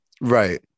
Right